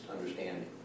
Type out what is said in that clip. understanding